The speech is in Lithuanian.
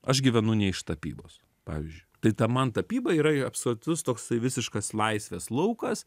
aš gyvenu ne iš tapybos pavyzdžiui tai ta man tapyba yra absoliutus toksai visiškas laisvės laukas